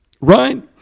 right